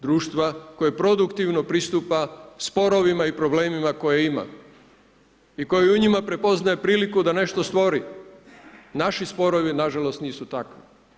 Društva koje produktivno pristupa sporovima i problemima koje ima i koji i koji u njima prepozna priliku da nešto stvori, naši sporovi, nažalost nisu takvi.